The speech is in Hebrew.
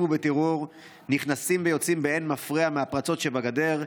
ובטרור נכנסים ויוצאים באין מפריע מהפרצות שבגדר.